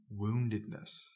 woundedness